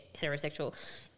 heterosexual